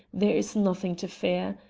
there is nothing to fear.